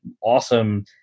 awesome